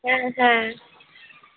হ্যাঁ হ্যাঁ